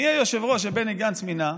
מי היושב-ראש שבני גנץ מינה?